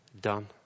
done